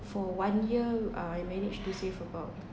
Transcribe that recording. for one year I manage to save about